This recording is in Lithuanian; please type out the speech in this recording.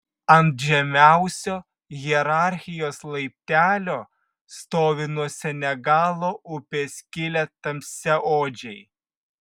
ant žemiausio hierarchijos laiptelio stovi nuo senegalo upės kilę tamsiaodžiai